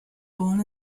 born